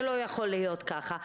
זה לא יכול להיות ככה.